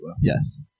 Yes